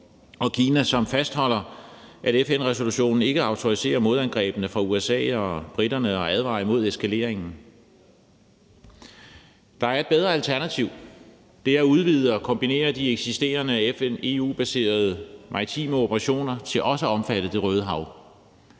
Kina fastholder, at FN-resolutionen ikke autoriserer modangrebene fra USA og Storbritannien, og advarer imod eskaleringen. Der er et bedre alternativ. Det er at udvide og kombinere de eksisterende FN- og EU-baserede maritime operationer til også at omfatte Det Røde Hav